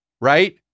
right